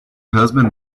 husband